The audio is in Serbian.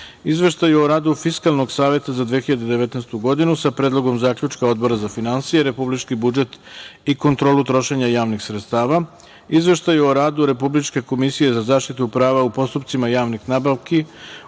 Izveštaju o radu Fiskalnog saveta za 2019. godinu, sa Predlogom zaključka Odbora za finansije, republički budžet i kontrolu trošenja javnih sredstava; Izveštaju o radu Republičke komisije za zaštitu prava u postupcima javnih nabavki